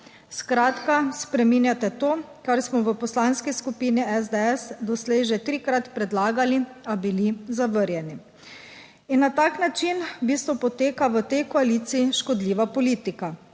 Skratka, spreminjate to, kar smo v Poslanski skupini SDS doslej že trikrat predlagali, a bili zavrnjeni. In na tak način v bistvu poteka v tej koaliciji škodljiva politika.